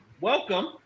welcome